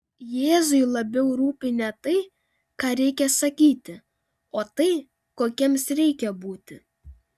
jėzui labiau rūpi ne tai ką reikia sakyti o tai kokiems reikia būti